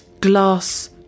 glass